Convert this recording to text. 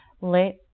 let